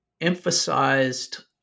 emphasized